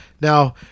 Now